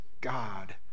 God